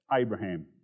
Abraham